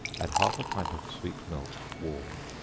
add half a pint of sweet milk, warmed,